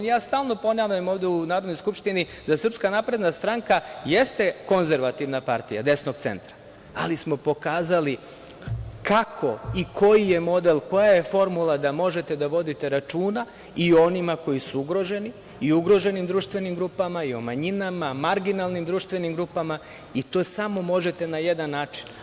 Stalno ponavljam ovde u Narodnoj skupštini da SNS jeste konzervativna partija, desnog centra, ali smo pokazali kako i koji je model, koja je formula da možete da vodite računa i o onima koji su ugroženi, i o ugroženim društvenim grupama, i o manjinama, marginalnim društvenim grupama, i to samo možete na jedan način.